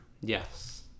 Yes